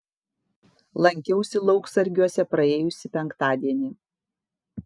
lankiausi lauksargiuose praėjusį penktadienį